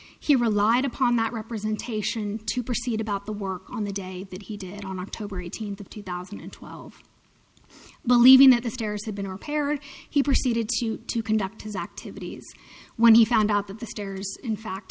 relied upon that representation to proceed about the work on the day that he did on october eighteenth of two thousand and twelve believing that the stairs had been repaired he proceeded to conduct his activities when he found out that the stairs in fact